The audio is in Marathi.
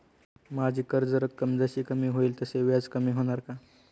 माझी कर्ज रक्कम जशी कमी होईल तसे व्याज कमी होणार का?